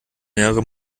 mehrere